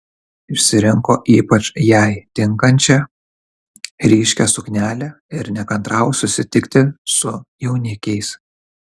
išsirinko ypač jai tinkančią ryškią suknelę ir nekantravo susitikti su jaunikiais